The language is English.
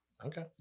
Okay